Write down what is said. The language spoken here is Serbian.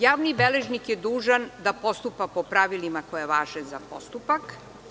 Javni beležnik je dužan da postupa po pravilima koja važe za postupak.